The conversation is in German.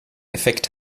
effekt